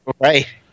right